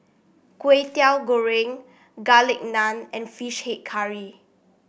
Kway Teow Goreng Garlic Naan and fish head curry